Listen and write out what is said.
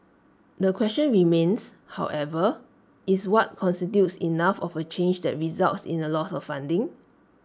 the question remains however is what constitutes enough of A change that results in A loss of funding